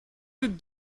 sind